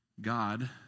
God